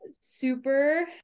super